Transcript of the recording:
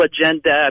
agenda